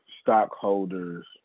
stockholders